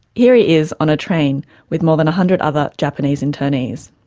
here he is on a train with more than a hundred other japanese internees